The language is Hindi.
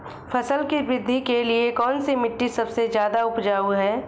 फसल की वृद्धि के लिए कौनसी मिट्टी सबसे ज्यादा उपजाऊ है?